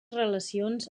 relacions